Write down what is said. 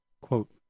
Quote